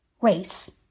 race